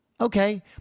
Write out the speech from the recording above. Okay